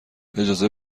اجازه